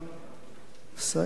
שא מדברותיך.